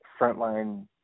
frontline